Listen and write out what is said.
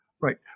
Right